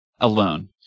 alone